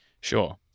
Sure